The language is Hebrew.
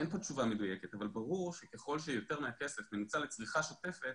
אין כאן תשובה מדויקת אבל ברור שככל שיותר מהכסף יוצא לצריכה שוטפת,